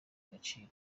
agaciro